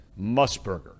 Musburger